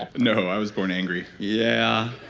you know i was born angry yeah.